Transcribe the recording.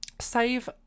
save